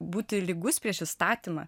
būti lygus prieš įstatymą